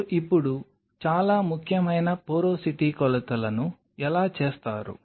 మీరు ఇప్పుడు చాలా ముఖ్యమైన పోరోసిటీ కొలతలను ఎలా చేస్తారు